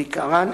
ועיקרם,